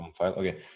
Okay